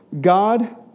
God